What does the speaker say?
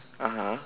(uh huh)